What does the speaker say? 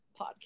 podcast